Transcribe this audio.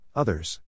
Others